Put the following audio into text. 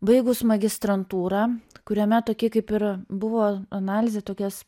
baigus magistrantūrą kuriame tokia kaip ir buvo analizė tokias